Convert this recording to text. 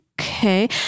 Okay